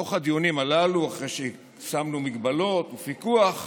מתוך הדיונים הללו, אחרי ששמנו מגבלות ופיקוח,